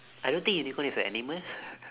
I don't think unicorn is a animal